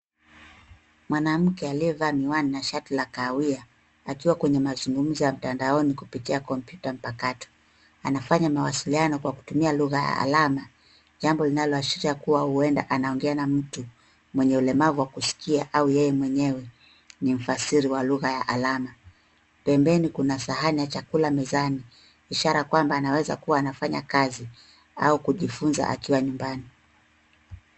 Mwanamke aliyevaa miwani na shati la kahawia akiwa kwenye mazungumzo ya mtandaoni kupitia kompyuta mpakato. Anafanya mawasiliano kwa kutumia lugha ya alama, jambo linaloashiria kuwa huenda anaongea na mtu mwenye ulemavu wa kusikia au yeye mwenyewe ni mfasiri wa lugha ya alama. Pembeni kuna sahani ya chakula mezani, ishara kwamba anaweza kuwa anafanya kazi au kujifunza akiwa nyumbani.